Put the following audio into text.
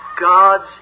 God's